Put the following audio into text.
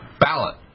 ballot